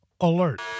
alert